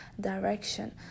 direction